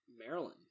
maryland